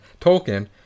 Tolkien